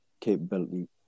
capability